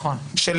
אני